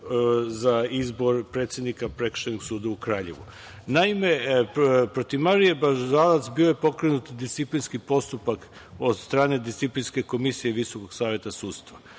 za izbor predsednika Prekršajnog suda u Kraljevu. Naime, protiv Marije Bažalac, bio je pokrenut disciplinski postupak od strane Disciplinske komisije Visokog saveta sudstva.